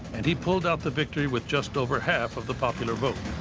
and he pulled out the victory with just over half of the popular vote.